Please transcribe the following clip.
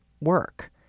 work